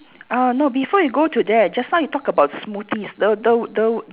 uh no before you go to that just now you talk about smoothies the the the